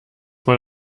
man